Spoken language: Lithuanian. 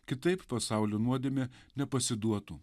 kitaip pasaulio nuodėmė nepasiduotų